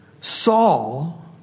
Saul